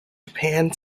japan